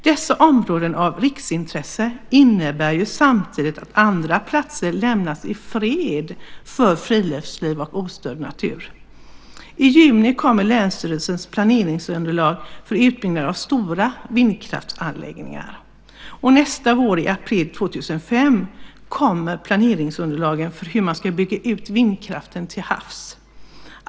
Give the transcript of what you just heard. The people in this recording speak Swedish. Dessa områden av riksintresse innebär samtidigt att andra platser lämnas i fred för friluftsliv och ostörd natur. I juni kommer länsstyrelsernas planeringsunderlag för utbyggnad av stora vindkraftsanläggningar. Och nästa vår, i april 2006, kommer planeringsunderlagen för hur man ska bygga ut vindkraften till havs.